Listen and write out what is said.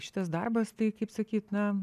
šitas darbas tai kaip sakyt na